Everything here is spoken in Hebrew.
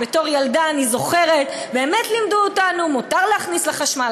בתור ילדה אני זוכרת שבאמת לימדו אותנו מה מותר להכניס לחשמל,